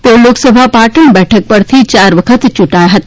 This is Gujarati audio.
તેઓ લોકસભા પાટણ બેઠક પરથી યાર વખત યૂંટાયા હતા